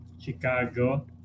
Chicago